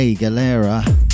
Galera